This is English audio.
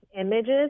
images